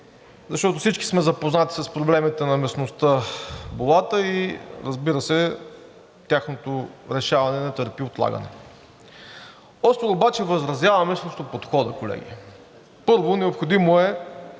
защото всички сме запознати с проблемите на местността Болата и разбира се, тяхното решаване не търпи отлагане. Остро обаче възразяваме срещу подхода, колеги. Първо, необяснимо е